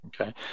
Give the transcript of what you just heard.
Okay